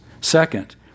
Second